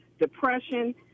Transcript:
depression